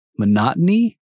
Monotony